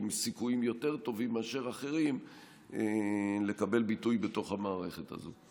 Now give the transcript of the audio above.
עם סיכויים יותר טובים מאשר אחרים לקבל ביטוי בתוך המערכת הזאת.